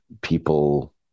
people